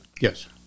Yes